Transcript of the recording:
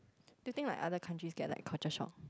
do you think like other countries get like culture shock